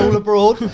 abroad.